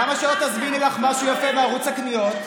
למה שלא תזמיני לך משהו יפה מערוץ הקניות?